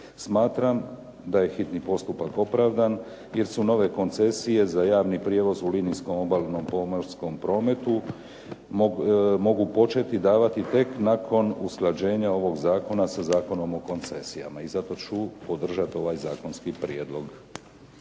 Smatram da je hitni postupak opravdan jer su nove koncesije za javni prijevoz u linijskom obalnom pomorskom prometu mogu početi davati tek nakon usklađenja ovog zakona sa Zakonom o koncesijama. I zato ću podržati ovaj zakonski prijedlog.